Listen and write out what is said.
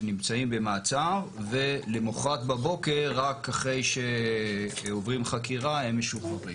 שנמצאים במעצר ולמחרת בבוקר רק אחרי שעוברים חקירה הם משוחררים.